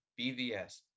BVS